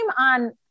on